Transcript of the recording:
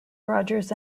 rogers